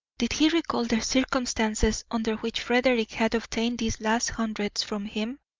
did he recall the circumstances under which frederick had obtained these last hundreds from him?